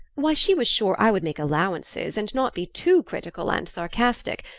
why, she was sure i would make allowances and not be too critical and sarcastic,